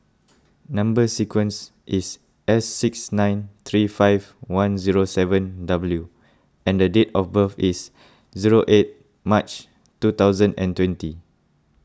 Number Sequence is S six nine three five one zero seven W and date of birth is zero eight March two thousand and twenty